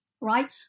right